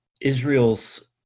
Israel's